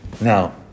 Now